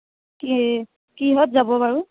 কি কিহত যাব বাৰু